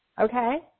okay